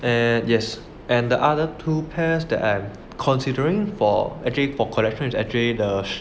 and yes and the other two pairs that I am considering for actually for connections actually the